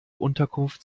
unterkunft